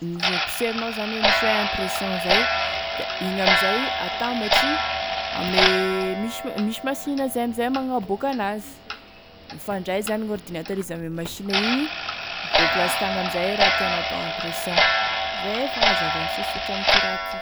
mi- poserinao zany hoe misy hoe impression zay da igny amin'izay, atambatry ame misy misy machine zay amin'izay, magnaboaky an'azy, mifandray zany gn'ordinateur izy ame machine igny, miboaky lastagny amin'izay e raha tianao atao impression, izay e fagnazavagny sosotry amin'ity raha ty.